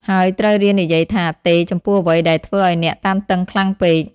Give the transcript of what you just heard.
ហើយត្រូវរៀននិយាយថា "ទេ" ចំពោះអ្វីដែលធ្វើឱ្យអ្នកតានតឹងខ្លាំងពេក។